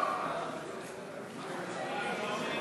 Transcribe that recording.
ההצעה